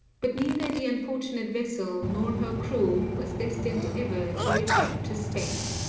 but neither the unfortunate vessel nor her crew was destined ever to return to spain.